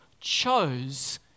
chose